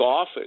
office